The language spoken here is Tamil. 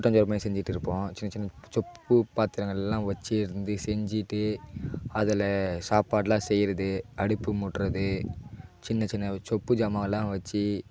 கூட்டாஞ்சோறுமாரி செஞ்சிக்கிட்டு இருப்போம் சின்னச்சின்ன சொப்பு பாத்திரங்கள்லாம் வச்சு இருந்து செஞ்சுட்டு அதில் சாப்பாடெலாம் செய்கிறது அடுப்பு மூட்டுறது சின்னச்சின்ன ஒரு சொப்பு சாமானெல்லாம் வச்சு